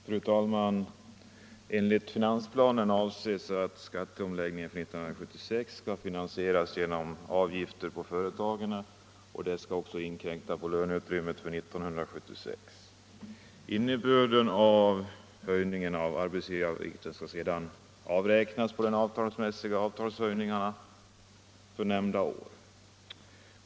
Fru talman! Enligt finansplanen avses att skatteomläggningen för 1976 skall finansieras genom avgifter på företagen och att detta skall inkräkta på löneutrymmet för 1976. Innebörden blir att höjningen av arbetsgivaravgiften skall avräknas på de avtalsmässiga lönehöjningarna för nämnda år.